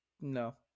No